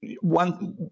one